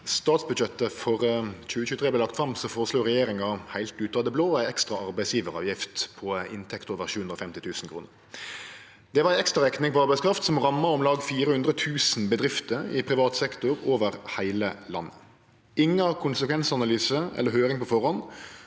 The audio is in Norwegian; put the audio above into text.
statsbudsjet- tet for 2023 vart lagt fram, føreslo regjeringa, heilt ut av det blå, ei ekstra arbeidsgjevaravgift på inntekter over 750 000 kr. Det var ei ekstrarekning på arbeidskraft som ramma om lag 400 000 bedrifter i privat sektor over heile landet. Det var ingen konsekvensanalyse eller høyring på førehand,